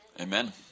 Amen